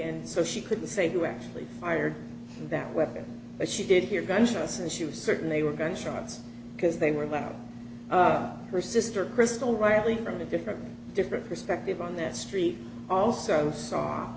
and so she couldn't say who actually fired that weapon but she did hear gunshots and she was certain they were gunshots because they were about her sister crystal rightly from a different different perspective on that street also saw